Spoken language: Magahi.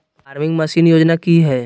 फार्मिंग मसीन योजना कि हैय?